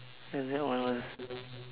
the new wallet